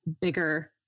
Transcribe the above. bigger